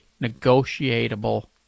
negotiable